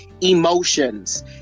emotions